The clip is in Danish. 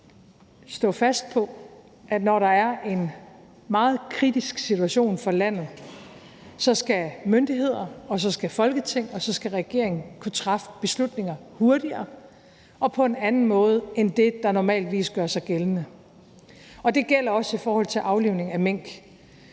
stå fast på, at når der er en meget kritisk situation for landet, så skal myndigheder, så skal Folketing og så skal regering kunne træffe beslutninger hurtigere og på en anden måde, end hvad der normalt gør sig gældende, og det gælder også i forhold til aflivning af mink.